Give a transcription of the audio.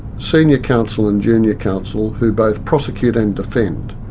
senior counsel and junior counsel who both prosecute and defend.